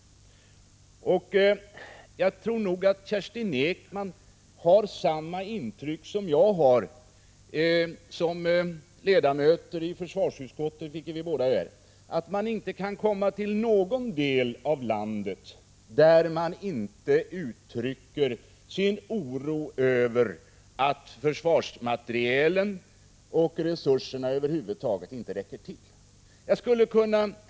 Jag tror nog att Kerstin Ekman har samma intryck som jag har, ledamöter i försvarsutskottet som vi båda är, att man inte kan komma till någon del av landet där det inte uttrycks oro över att försvarsmaterielen och resurserna över huvud taget inte räcker till.